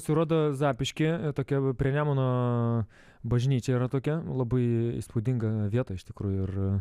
pasirodo zapyškyje tokia va prie nemuno bažnyčia yra tokia labai įspūdinga vieta iš tikrųjų ir